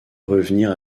revenir